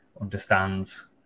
understands